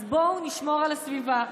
אז בואו נשמור על הסביבה,